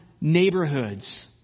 neighborhoods